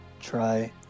Try